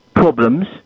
problems